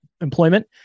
employment